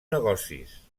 negocis